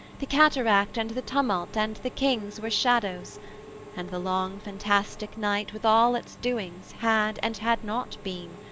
the cataract and the tumult and the kings were shadows and the long fantastic night with all its doings had and had not been,